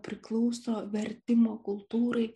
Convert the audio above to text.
priklauso vertimo kultūrai